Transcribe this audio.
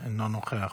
אינו נוכח.